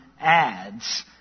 adds